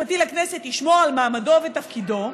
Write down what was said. המשפטי לכנסת ישמור על מעמדו ותפקידו,